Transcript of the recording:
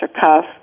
cuff